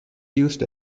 used